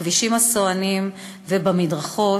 בכבישים הסואנים ובמדרכות,